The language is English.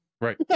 right